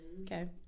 Okay